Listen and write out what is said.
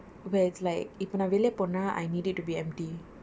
where it's like இப்போ நா வெளியே போனா:ippo naa veliye pona I need it to be empty